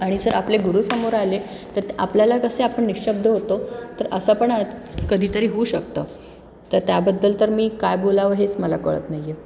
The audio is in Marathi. आणि जर आपले गुरु समोर आले तर आपल्याला कसे आपण निशब्द होतो तर असं पण आ कधीतरी होऊ शकतं तर त्याबद्दल तर मी काय बोलावं हेच मला कळत नाही आहे